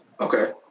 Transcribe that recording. Okay